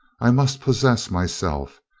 i must possess myself.